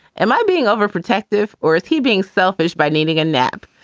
am i being overprotective or is he being selfish by naming a nap?